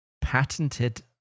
Patented